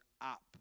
up